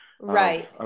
Right